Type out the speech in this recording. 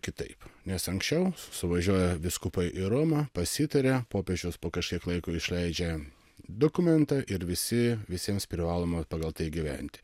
kitaip nes anksčiau suvažiuoja vyskupai į romą pasitaria popiežius po kažkiek laiko išleidžia dokumentą ir visi visiems privaloma pagal tai gyventi